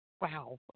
Wow